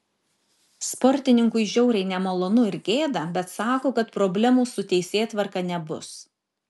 sportininkui žiauriai nemalonu ir gėda bet sako kad problemų su teisėtvarka nebus